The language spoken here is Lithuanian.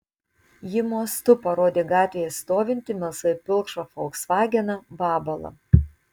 ji mostu parodė gatvėje stovintį melsvai pilkšvą folksvageną vabalą